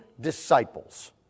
disciples